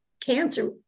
cancer